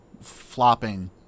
flopping